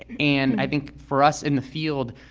and i think for us in the field,